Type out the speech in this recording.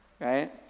Right